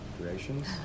creations